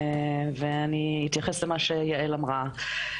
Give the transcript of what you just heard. ואני אתייחס למה שיעל אמרה,